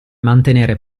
mantenere